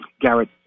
Garrett